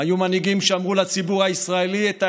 הם היו מנהיגים שאמרו לציבור הישראלי את האמת: